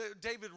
David